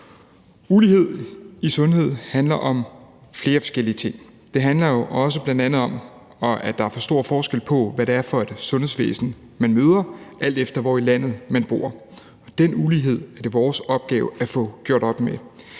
Ulighed i sundhed handler om flere forskellige ting. Det handler bl.a. også om, at der er for stor forskel på, hvad det er for et sundhedsvæsen, man møder, alt efter hvor i landet man bor. Den ulighed er det vores opgave at få gjort op med.